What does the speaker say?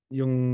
yung